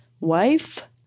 wife